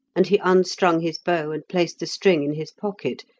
and he unstrung his bow and placed the string in his pocket,